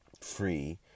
Free